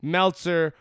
Meltzer